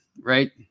Right